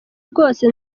bwose